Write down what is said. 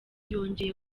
yongeye